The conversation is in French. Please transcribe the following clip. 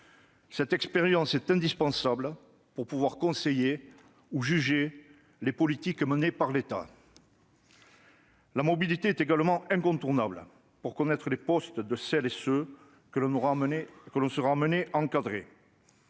Cette expérience est indispensable pour pouvoir conseiller ou juger les politiques menées par l'État. La mobilité est également incontournable pour connaître les postes de celles et ceux que l'on sera amené à encadrer.